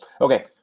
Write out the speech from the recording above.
okay